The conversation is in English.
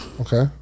Okay